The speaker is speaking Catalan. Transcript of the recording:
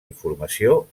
informació